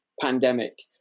pandemic